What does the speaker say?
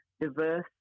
diverse